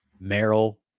Merrill